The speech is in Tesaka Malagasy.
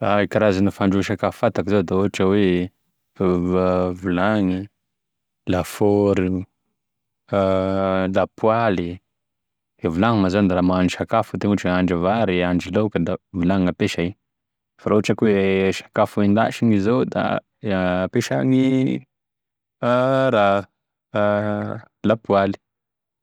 E karazana fandrahoa sakafo fantako zao, da ohatra hoe vilagny, lafôro, ka lapoaly, e vilagny moa zany raha mahandro sakafo de ohatry hoe ahandro vary, ahandro laoky da vilagny gn'ampesay fa raha sakafo hendasigny i zao da hampiasy gny raha lapoaly,